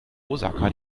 osaka